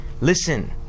Listen